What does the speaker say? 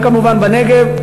גם כמובן בנגב,